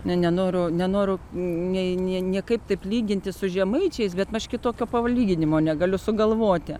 ne nenoriu nenoriu nei niekaip taip lyginti su žemaičiais bet aš kitokio palyginimo negaliu sugalvoti